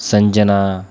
Sanjana